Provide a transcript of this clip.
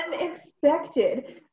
Unexpected